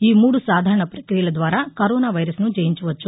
ఈ మూడు సాధారణ పక్రియల ద్వారా కరోనా వైరస్ను జయించవచ్చు